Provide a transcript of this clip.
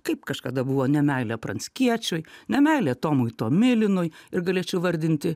kaip kažkada buvo nemeilė pranckiečiui nemeilė tomui tomilinui ir galėčiau vardinti